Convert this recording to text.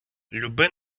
люби